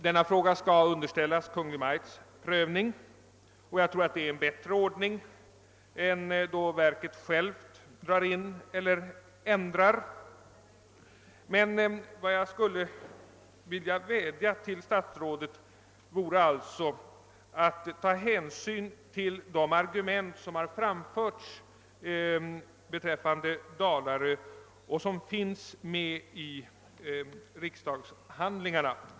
Den frågan skall underställas Kungl. Maj:ts prövning, och jag tror att det är en bättre ordning än att sjöfartsverket självt gör indragningar eller genomför andra ändringar. Jag vädjar emellertid till statsrådet att ta hänsyn till de argument som har framförts beträffande Dalarö lotsstation och som finns med i riksdagshandlingarna.